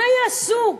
מה יעשו?